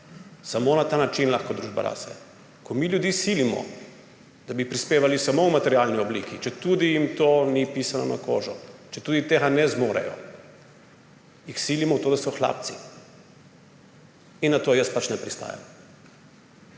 Samo na ta način lahko družba raste. Ko mi ljudi silimo, da bi prispevali samo v materialni obliki, četudi jim to ni pisano na kožo, četudi tega ne zmorejo, jih silimo v to, da so hlapci. In na to jaz pač ne pristajam.